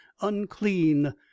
unclean